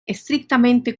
estrictamente